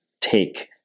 take